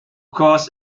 course